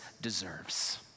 deserves